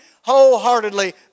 Wholeheartedly